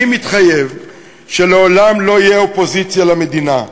אני מתחייב שלעולם לא אהיה אופוזיציה למדינה,